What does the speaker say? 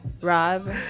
rob